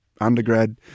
undergrad